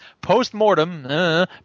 Postmortem